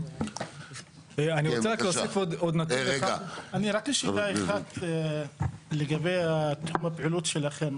רק שאלה אחת לגבי תחום הפעילות שלכם.